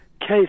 case